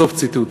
סוף ציטוט.